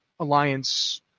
alliance